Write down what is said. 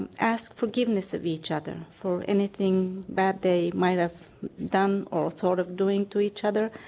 ask forgiveness of each other for anything that dave meyer done or thought of doing to each other